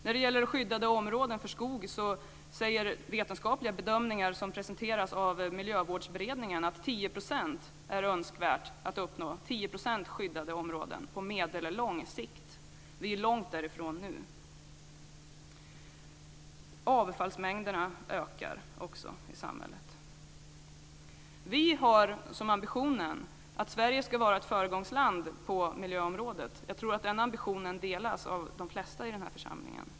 När det gäller skyddade områden för skog visar vetenskapliga bedömningar, som presenteras av Miljövårdsberedningen, att det är önskvärt att uppnå 10 % skyddade områden på meddellång sikt. Vi är långt därifrån nu. Avfallsmängderna ökar också i samhället. Vi har som ambition att Sverige ska vara ett föregångsland på miljöområdet. Jag tror att den ambitionen delas av de flesta i den här församlingen.